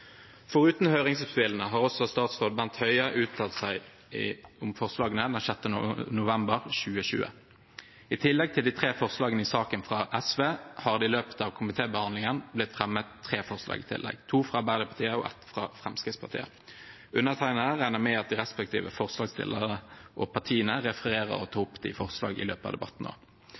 Foruten høringsinnspillene har også statsråd Bent Høie uttalt seg om forslagene, den 6. november 2020. I tillegg til de tre forslagene fra SV i saken har det i løpet av komitébehandlingen blitt fremmet tre forslag, to fra Arbeiderpartiet og ett fra Fremskrittspartiet. Undertegnede regner med at de respektive forslagsstillerne og partiene refererer og tar opp de forslagene i løpet av debatten